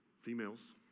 Females